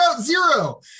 Zero